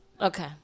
Okay